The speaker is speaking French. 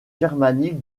germanique